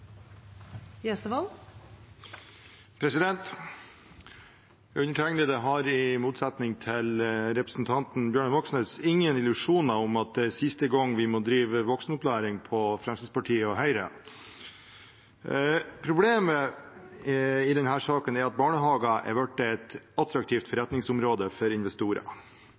Undertegnede har i motsetning til representanten Bjørnar Moxnes ingen illusjoner om at det er siste gang vi må drive voksenopplæring av Fremskrittspartiet og Høyre. Problemet i denne saken er at barnehager har blitt et attraktivt forretningsområde for investorer.